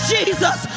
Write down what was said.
Jesus